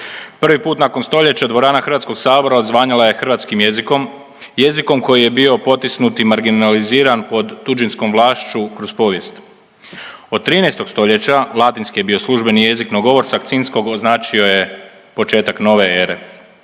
Prvi put nakon stoljeća dvorana Hrvatskog sabora odzvanjala je hrvatskim jezikom, jezikom koji je bio potisnut i marginaliziran pod tuđinskom vlašću kroz povijest. Od 13. stoljeća latinski je bio službeni jezik no govor Sakcinskog označio je početak nove ere,